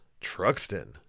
truxton